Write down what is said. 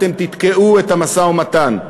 אתם תתקעו את המשא-ומתן.